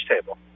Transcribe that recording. table